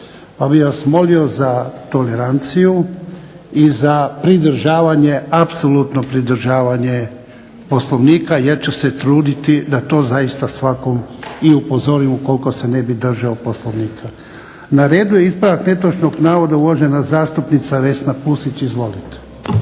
pa bih vas molio za toleranciju i za pridržavanje, apsolutno pridržavanje Poslovnika jer ću se truditi da to zaista svakog i upozorim ukoliko se ne bi držao Poslovnika. Na redu je ispravak netočnog navoda, uvažena zastupnica Vesna Pusić. Izvolite.